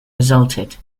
resulted